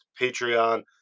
Patreon